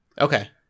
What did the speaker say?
Okay